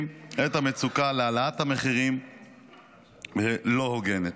את המצוקה להעלאת מחירים לא הוגנת.